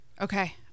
okay